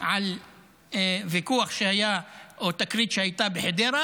על ויכוח שהיה או תקרית שהייתה בחדרה,